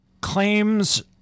claims